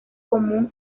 común